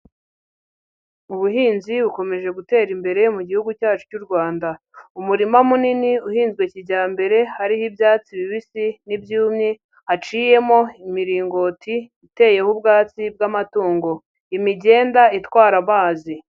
Ubuhinzi bukomeje gutera imbere mu Gihugu cyacu cy'u Rwanda. Umurima munini uhinzwe kijyambere, hariho ibyatsi bibisi n'ibyumye, haciyemo imiringoti iteyeho ubwatsi bw'amatungo. Imigenda itwara amazi.